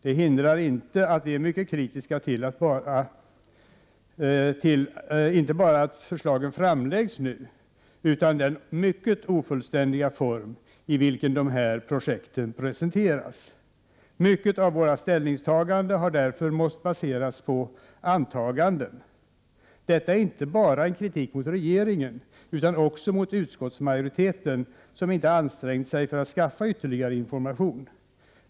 Det hindrar inte att vi är mycket kritiska inte bara till att förslagen framläggs nu utan också till den mycket ofullständiga form i vilken forskningsprojekten presenteras. Många av våra ställningstaganden har därför måst baseras på antaganden. Detta är en kritik inte bara mot regeringen utan också mot utskottsmajoriteten, som inte ansträngt sig för att skaffa ytterligare information.